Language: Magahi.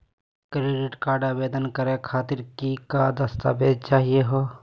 क्रेडिट कार्ड आवेदन करे खातीर कि क दस्तावेज चाहीयो हो?